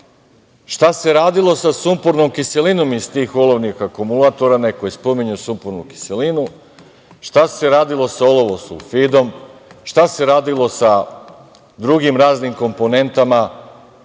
Šta se radilo sa sumpornom kiselinom iz tih olovnih akumulatora onima koji spominju sumpornu kiselinu? Šta se radilo sa olovo sulfidom, šta se radilo sa drugim raznim komponentama